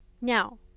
Now